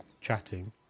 chatting